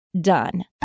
done